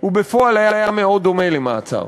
הוא בפועל היה מאוד דומה למעצר.